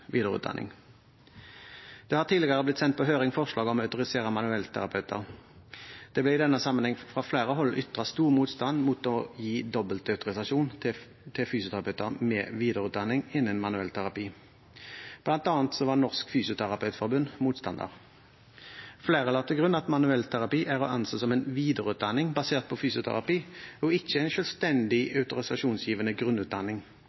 videreutdanning. Det har tidligere blitt sendt på høring forslag om å autorisere manuellterapeuter. Det ble i denne sammenheng fra flere hold ytret stor motstand mot å gi dobbeltautorisasjon til fysioterapeuter med videreutdanning innen manuellterapi, bl.a. var Norsk Fysioterapeutforbund motstander. Flere la til grunn at manuellterapi er å anse som en videreutdanning basert på fysioterapi, og ikke en selvstendig autorisasjonsgivende grunnutdanning.